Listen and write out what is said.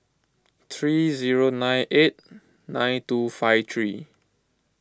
three zero nine eight nine two five three